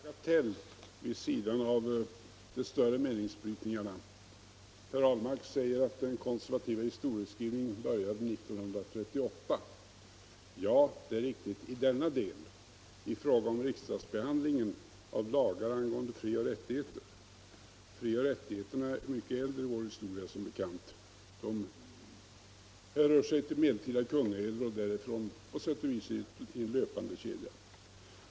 Fru talman! Bara en bagatell vid sidan av de större meningsbrytningarna! Herr Ahlmark säger att den konservativa historieskrivningen började år 1938. Ja, det är riktigt: i denna del, dvs. i fråga om riksdagsbehandlingen av lagar angående frioch rättigheter. Men frioch rättigheterna är som bekant mycket äldre i vår historia. De hänför sig till medeltida kungaeder, och därifrån har de på sätt och vis fortsatt i en löpande kedja.